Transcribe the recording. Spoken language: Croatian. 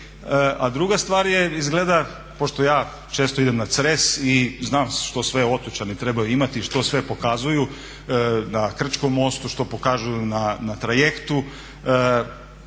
A druga stvar je izgleda pošto ja često idem na Cres i znam što sve otočani trebaju imati i što sve pokazuju na Krčkom mostu, što pokazuju na trajektu